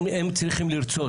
הם צריכים לרצות.